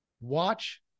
watch